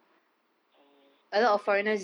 oh ya ya that's right